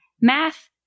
math